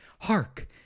Hark